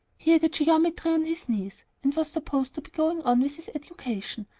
he had a geometry on his knees, and was supposed to be going on with his education,